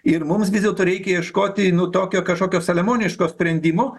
ir mums vis dėlto reikia ieškoti nu tokio kažkokio saliamoniško sprendimo